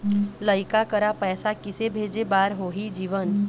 लइका करा पैसा किसे भेजे बार होही जीवन